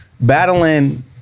battling